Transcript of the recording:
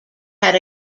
had